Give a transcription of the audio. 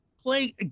play